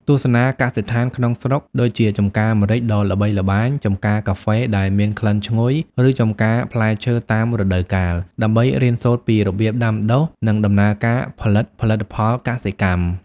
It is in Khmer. ទស្សនាកសិដ្ឋានក្នុងស្រុក ដូចជាចម្ការម្រេចដ៏ល្បីល្បាញ ចម្ការកាហ្វេដែលមានក្លិនឈ្ងុយ ឬចម្ការផ្លែឈើតាមរដូវកាល ដើម្បីរៀនសូត្រពីរបៀបដាំដុះ និងដំណើរការផលិតផលិតផលកសិកម្ម។